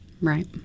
Right